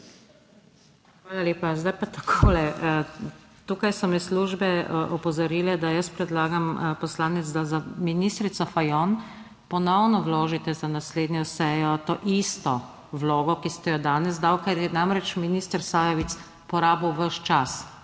Hvala lepa. Zdaj pa takole. Tukaj so me službe opozorile, naj predlagam, poslanec, da za ministrico Fajon ponovno vložite za naslednjo sejo to isto vlogo, kot ste jo danes dali, ker je namreč minister Sajovic porabil ves čas.